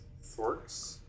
Forks